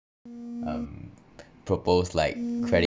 um propose like credit